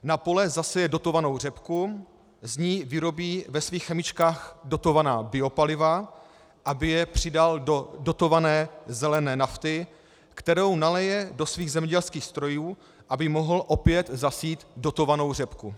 Na pole zaseje dotovanou řepku, z ní vyrobí ve svých chemičkách dotovaná biopaliva, aby je přidal do dotované zelené nafty, kterou nalije do svých zemědělských strojů, aby mohl opět zasít dotovanou řepku.